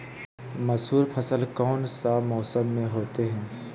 मसूर फसल कौन सा मौसम में होते हैं?